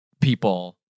people